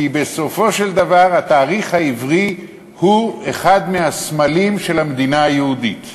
כי בסופו של דבר התאריך העברי הוא אחד מהסמלים של המדינה היהודית.